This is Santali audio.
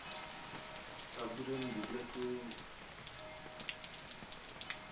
ᱟᱵᱚᱨᱮᱱ ᱜᱤᱫᱽᱨᱟᱹ ᱠᱚ